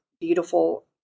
beautiful